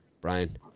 Brian